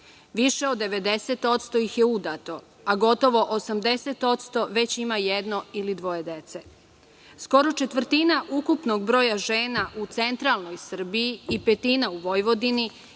Više od 90% ih je udato, a gotovo 80% već ima jedno ili dvoje dece. Skoro četvrtina ukupnog broja žena u centralnoj Srbiji i petina u Vojvodini